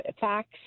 facts